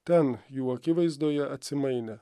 ten jų akivaizdoje atsimainė